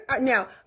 now